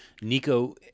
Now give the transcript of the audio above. nico